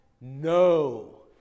No